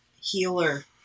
healer